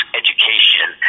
education